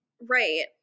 Right